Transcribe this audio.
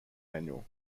manual